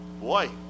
boy